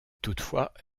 toutefois